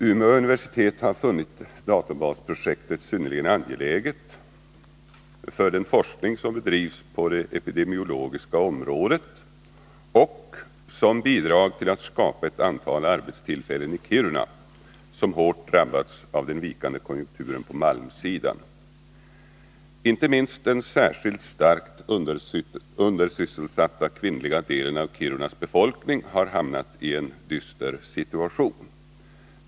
Umeå universitet har funnit databasprojektet synnerligen angeläget för den forskning som bedrivs på det epidemiologiska området och som bidrar till att skapa ett antal arbetstillfällen i Kiruna, som hårt drabbats av den vikande konjunkturen på malmsidan. Inte minst den särskilt starkt undersysselsatta kvinnliga delen av Kirunas befolkning har hamnat i en dyster situation.